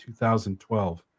2012